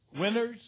Winners